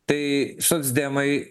tai socdemai